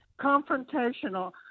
confrontational